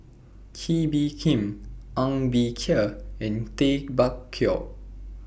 Kee Bee Khim Ng Bee Kia and Tay Bak Koi